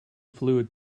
fluid